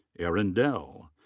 aaron dell.